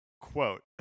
Quote